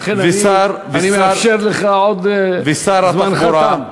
לכן אני מאפשר לך עוד, זמנך תם.